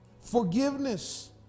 forgiveness